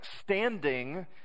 standing